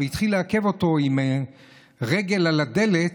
והתחיל לעכב אותו עם רגל על הדלת,